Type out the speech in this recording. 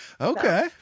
okay